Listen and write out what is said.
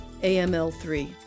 AML3